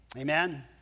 Amen